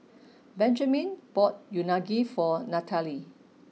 Benjiman bought Unagi for Nathaly